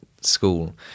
school